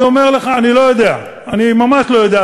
אני אומר לך, אני לא יודע, אני ממש לא יודע.